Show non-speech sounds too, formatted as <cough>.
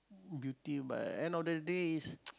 beauty but end of the day is <noise>